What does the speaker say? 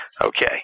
Okay